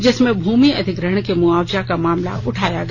जिसमें भूमि अधिग्रहण के मुआवजा का मामला उठाया गया